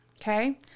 Okay